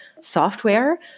software